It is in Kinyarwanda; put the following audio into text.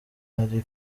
hari